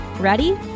Ready